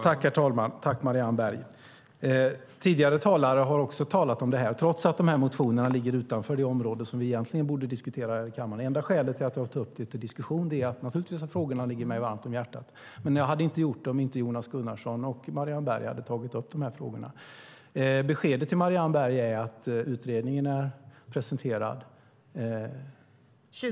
Herr talman! Tidigare talare har också talat om det här trots att dessa motioner ligger utanför det område som vi egentligen borde diskutera här i kammaren. Det enda skälet till att jag tog upp dessa frågor till diskussion är, förutom att frågorna naturligtvis ligger mig varmt om hjärtat, att Jonas Gunnarsson och Marianne Berg tog upp dem. Annars hade jag inte gjort det. Beskedet till Marianne Berg är att utredningen är presenterad.